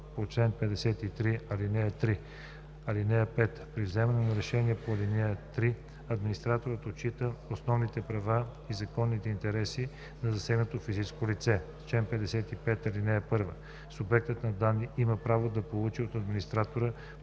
по чл. 53, ал. 3. (5) При вземане на решение по ал. 3 администраторът отчита основните права и законните интереси на засегнатото физическо лице. Чл. 55. (1) Субектът на данните има право да получи от администратора